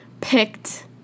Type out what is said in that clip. picked